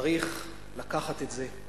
שצריך לקחת את זה,